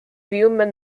human